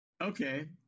Okay